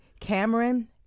Cameron